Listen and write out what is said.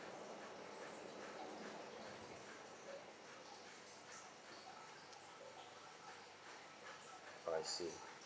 oh I see